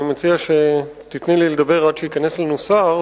אני מציע שתיתני לי לדבר עד שייכנס שר,